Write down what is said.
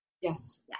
yes